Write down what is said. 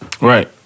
Right